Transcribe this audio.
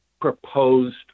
proposed